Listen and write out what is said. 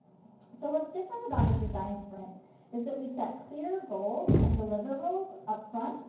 so what's different about a design sprint is that we set clear goals and deliverables up front.